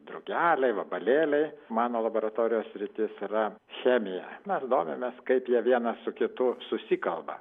drugeliai vabalėliai mano laboratorijos sritis yra chemija mes domimės kaip jie vienas su kitu susikalba